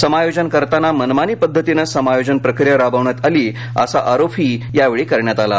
समायोजन करताना मनमानी पद्धतीने समायोजन प्रक्रीया राबविण्यात आली असा आरोपही संघटनेकडून करण्यात आला आहे